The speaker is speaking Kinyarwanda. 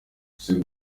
ese